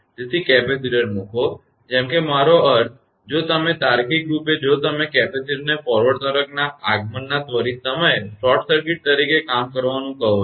તેથી કેપેસિટર મૂકો જેમ કે મારો અર્થ જો તમે તાર્કિક રૂપે જો તમે કેપેસિટરને ફોરવર્ડ તરંગના આગમનના ત્વરિત સમયે શોર્ટ સર્કિટ તરીકે કામ કરવાનું કહો છે